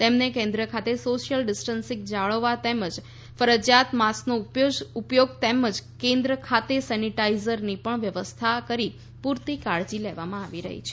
તેમને કેન્દ્ર ખાતે સોશ્ચિલ ડિસ્ટન્સિંગ જાળવવા તેમજ ફરજિયાત માસ્કનો ઉપયોગ તેમજ કેન્દ્ર ખાતે સેનીટાઇઝરની પણ વ્યવસ્થા કરી પૂરતી કાળજી લેવામાં આવે છે